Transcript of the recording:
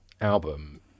album